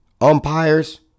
umpires